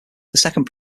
second